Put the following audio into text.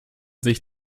sich